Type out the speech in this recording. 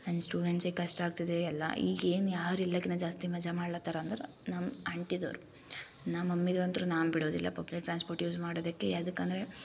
and ಸ್ಟುಡೆಂಟ್ಸಿಗೆ ಕಷ್ಟ ಆಗ್ತಿದೆ ಎಲ್ಲ ಈಗೇನು ಯಾರು ಎಲ್ಲಕಿನ್ನ ಲೈಕ್ ಜಾಸ್ತಿ ಮಜಾ ಮಾಡ್ಲತ್ತಾರೆ ಅಂದ್ರೆ ನಮ್ಮ ಆಂಟಿದವ್ರು ನಮ್ಮ ಮಮ್ಮಿಗಂತು ನಾನು ಬಿಡೋದಿಲ್ಲ ಪಬ್ಲಿಕ್ ಟ್ರಾನ್ಸ್ಪೋರ್ಟ್ ಯೂಸ್ ಮಾಡೋದಕ್ಕೆ ಯಾವ್ದಕ್ ಅಂದರೆ